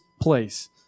place